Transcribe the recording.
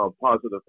positive